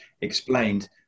explained